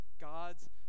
God's